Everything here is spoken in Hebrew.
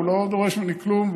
הוא לא דורש ממני כלום,